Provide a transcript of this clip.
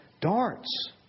darts